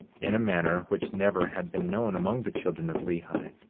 in a manner which never had been known among the children of lehi.